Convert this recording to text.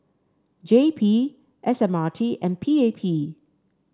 J P S M R T and P A P